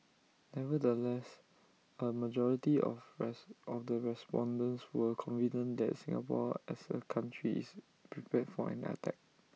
nevertheless A majority of of the respondents were confident that Singapore as A country is prepared for an attack